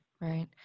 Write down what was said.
Right